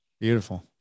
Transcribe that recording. Beautiful